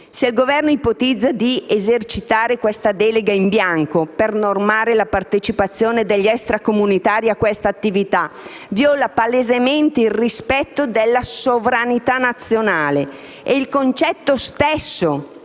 Se il Governo ipotizza di esercitare questa delega in bianco, per normare la partecipazione degli extracomunitari a questa attività, vìola palesemente il rispetto della sovranità nazionale e il concetto stesso